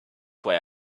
why